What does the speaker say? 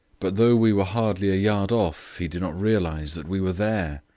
but though we were hardly a yard off he did not realize that we were there.